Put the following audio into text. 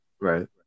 right